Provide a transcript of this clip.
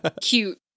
cute